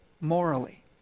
morally